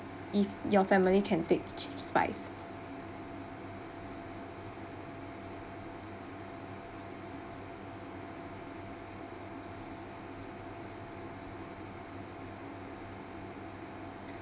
if your family can take s~ spice